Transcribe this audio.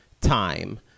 time